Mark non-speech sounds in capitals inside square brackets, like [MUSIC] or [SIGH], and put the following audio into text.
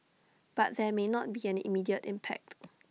but there may not be an immediate impact [NOISE]